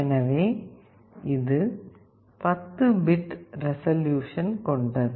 எனவே இது 10 bit resolution கொண்டது